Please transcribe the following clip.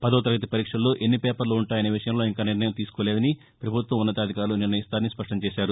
పదవ పరీక్షల్లో ఎన్ని పేపర్లు ఉంటాయనే విషయంలో ఇంకా నిర్ణయం తీసుకోలేదని ప్రభుత్వం ఉన్నతాధికారులు నిర్ణయిస్తారని స్ఫష్టం చేశారు